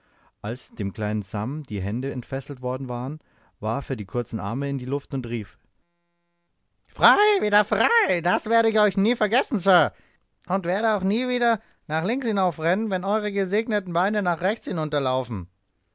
als dem kleinen sam die hände entfesselt worden waren warf er die kurzen arme in die luft und rief frei wieder frei das werde ich euch nie vergessen sir und werde auch nie wieder nach links hinaufrennen wenn eure gesegneten beine nach rechts hinunterlaufen